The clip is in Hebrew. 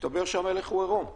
הסתבר שהמלך הוא עירום.